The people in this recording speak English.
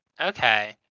Okay